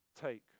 take